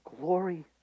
Glory